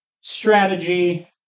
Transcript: strategy